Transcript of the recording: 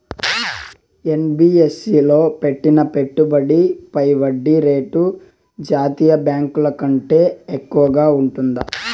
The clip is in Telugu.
యన్.బి.యఫ్.సి లో పెట్టిన పెట్టుబడి పై వడ్డీ రేటు జాతీయ బ్యాంకు ల కంటే ఎక్కువగా ఉంటుందా?